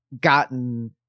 gotten